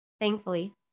thankfully